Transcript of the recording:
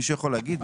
מישהו יכול להגיד?